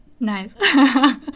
nice